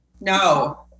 No